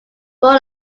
born